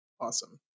awesome